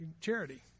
charity